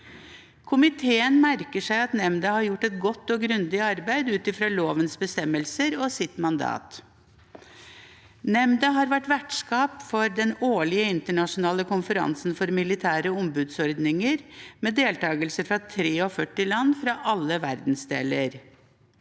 Komiteen merker seg at nemnda har gjort et godt og grundig arbeid ut fra lovens bestemmelser og sitt mandat. Nemnda har vært vertskap for den årlige internasjonale konferansen for militære ombudsordninger, med deltakelse fra 43 land fra alle verdensdeler.